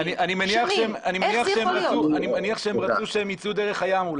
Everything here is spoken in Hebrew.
אני מניח שהם רצו שהם יצאו דרך הים.